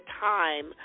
time